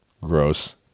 Gross